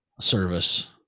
service